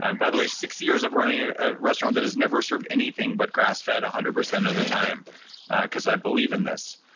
and by the way six years of running ah a restaurant that has never served anything but grass-fed one hundred percent of the time because i believe in this.